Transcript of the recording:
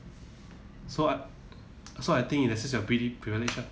so I so I think in a sense we are pretty privileged ah